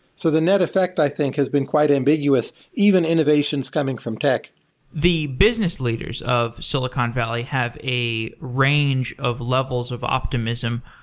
so the net effect, i think, has been quite ambiguous, even innovations coming from tech the business leaders of silicon valley have a range of levels of optimism.